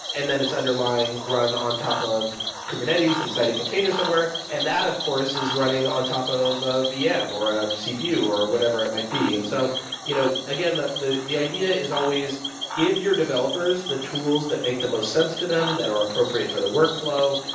and then it's underlying run on top of kubernetes inside a containers somewhere. and that, of course, is running on top of a vm, or a cpu, or whatever it might be. and so you know again, the the the idea is always give your developers the tools that make the most sense to them, that are appropriate for the workflow.